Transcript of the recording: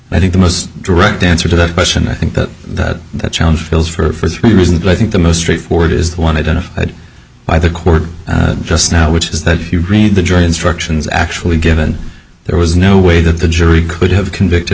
indictment i think the most direct answer to that question i think that the challenge feels for three reasons i think the most straightforward is the one identified by the court just now which is that if you read the jury instructions actually given there was no way that the jury could have convicted